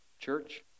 church